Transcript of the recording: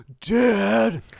dad